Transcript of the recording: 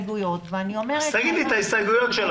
תגידי את ההסתייגויות שלך.